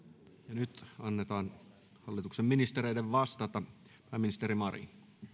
nyt annetaan hallituksen ministereiden vastata pääministeri marin